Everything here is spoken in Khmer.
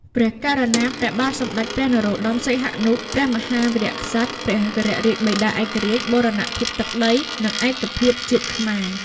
ព្រះករុណា ព្រះបាទសម្ដេចព្រះនរោត្តម សីហនុ ព្រះមហាវីរក្សត្រ ព្រះវររាជបិតាឯករាជ្យ បូរណភាពទឹកដី និងឯកភាពជាតិខ្មែរ។